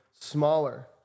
smaller